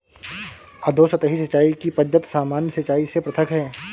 अधोसतही सिंचाई की पद्धति सामान्य सिंचाई से पृथक है